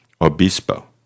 Obispo